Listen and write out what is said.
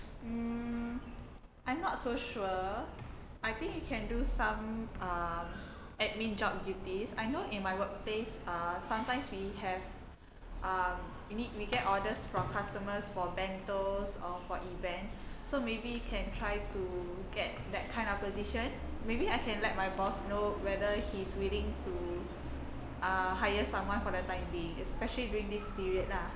mm I'm not so sure I think you can do some uh admin job duties I know in my workplace uh sometimes we have um we need we get orders from customers for bentos or for events so maybe you can try to get that kind of position maybe I can let my boss know whether he is willing to uh hire someone for the time being especially during this period lah